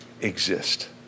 exist